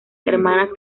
hermanas